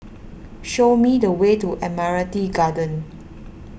show me the way to Admiralty Garden